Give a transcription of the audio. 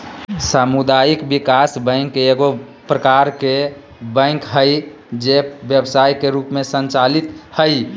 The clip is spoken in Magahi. सामुदायिक विकास बैंक एगो प्रकार के बैंक हइ जे व्यवसाय के रूप में संचालित हइ